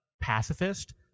pacifist